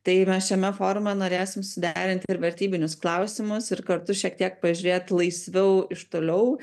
tai mes šiame forma norėsim suderinti ir vertybinius klausimus ir kartu šiek tiek pažiūrėt laisviau iš toliau